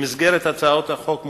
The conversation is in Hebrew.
במסגרת הצעות החוק מוצע: